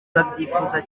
babyifuza